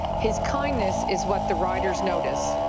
his kindness is what the riders notice.